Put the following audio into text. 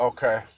Okay